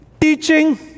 teaching